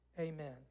Amen